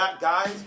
guys